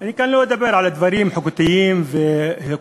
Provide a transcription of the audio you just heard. אני לא אדבר כאן על הדברים החוקתיים ועל